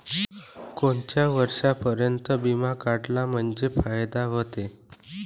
कोनच्या वर्षापर्यंत बिमा काढला म्हंजे फायदा व्हते?